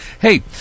Hey